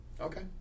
Okay